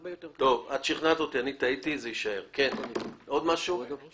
שכנעת אותי, טעיתי, זה יישאר כפי שזה.